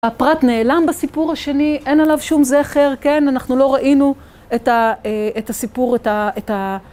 הפרט נעלם בסיפור השני, אין עליו שום זכר, כן, אנחנו לא ראינו את הסיפור, את ה...